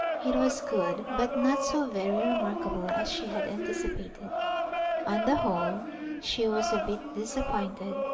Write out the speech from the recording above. it was good, but not so very remarkable as she had anticipated on the whole she was a bit disappointed,